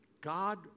God